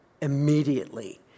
immediately